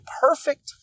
perfect